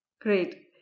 Great